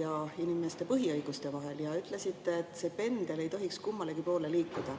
ja inimeste põhiõiguste vahel. Te ütlesite, et pendel ei tohiks kummalegi poole liikuda.